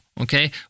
Okay